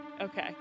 Okay